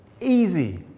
easy